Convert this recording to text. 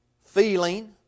feeling